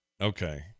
okay